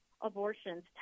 abortions